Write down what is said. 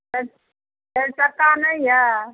चारि चारि चक्का नहि यऽ